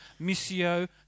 missio